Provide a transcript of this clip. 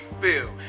feel